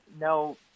no